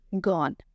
gone